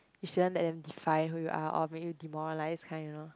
you shouldn't let them define who you are or maybe demoralise kind you know